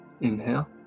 Inhale